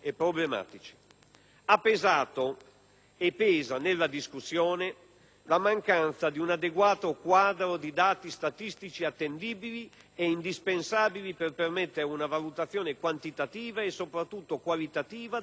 pesato e pesa, nella discussione, la mancanza di un adeguato quadro di dati statistici attendibili, indispensabili per permettere una valutazione quantitativa e, soprattutto, qualitativa della posta in gioco.